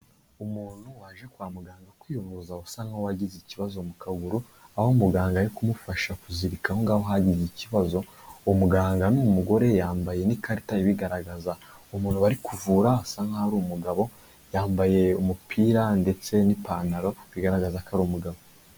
Umuntu waje kwa muganga kwivuza usa nk'uwagize ikibazo mu kaguru, aho muganga ari kumufasha kuzirika aho ngaho hagize ikibazo, uwo umuganga ni umugore yambaye n'ikarita ibigaragaza, umuntu bari kuvura asa nk'aho ari umugabo, yambaye umupira ndetse n'ipantaro bigaragaza ko ari umugabo.